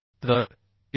तर TDN